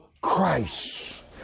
Christ